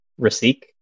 Rasik